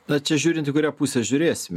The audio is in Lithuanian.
na čia žiūrint į kurią pusę žiūrėsim